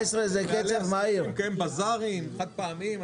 בעלי עסקים ולקיים בזארים חד-פעמיים,